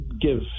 give